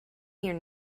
here